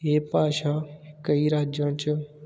ਇਹ ਭਾਸ਼ਾ ਕਈ ਰਾਜਾਂ 'ਚ